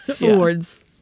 awards